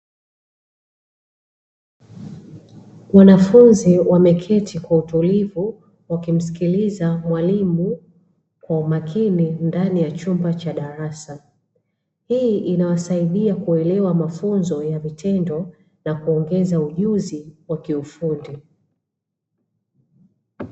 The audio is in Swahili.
Wanafunzi wameketi kwa utulivu wakimsikiliza mwalimu kwa umakini ndani ya chumba cha darasa, hii inawasaidia kuelewa mafunzo ya vitendo na kuongeza ujuzi wa kiufundi.